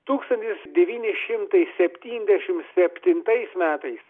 tūkstantis devyni šimtai septyniasdešimt septintais metais